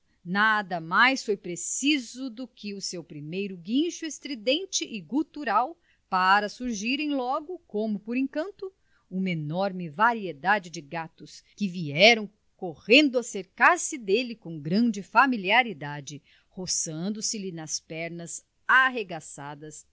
nada mais foi preciso do que o seu primeiro guincho estridente e gutural para surgirem logo como por encanto uma enorme variedade de gatos que vieram correndo acercar-se dele com grande familiaridade roçando se lhe nas pernas arregaçadas e